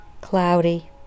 cloudy